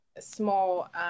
small